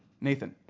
Nathan